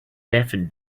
deafened